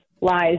lies